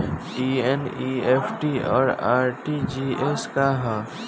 ई एन.ई.एफ.टी और आर.टी.जी.एस का ह?